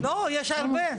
לא, יש הרבה.